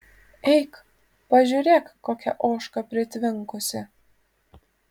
eik pažiūrėk kokia ožka pritvinkusi